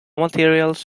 materials